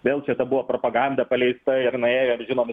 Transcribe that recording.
vėl čia ta buvo propaganda paleista ir nuėjo ir žinom